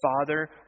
father